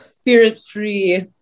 Spirit-free